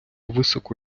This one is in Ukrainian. високо